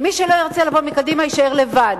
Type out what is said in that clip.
מי שלא ירצה לבוא מקדימה, יישאר לבד.